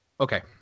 okay